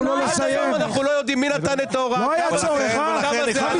לא היה צורך, אופיר.